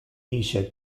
dice